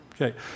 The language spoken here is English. Okay